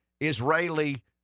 Israeli